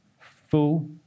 Full